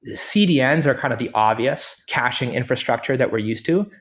ah cdns are kind of the obvious caching infrastructure that we're used to.